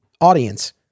audience